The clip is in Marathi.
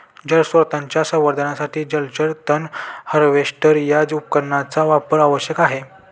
जलस्रोतांच्या संवर्धनासाठी जलचर तण हार्वेस्टर या उपकरणाचा वापर आवश्यक आहे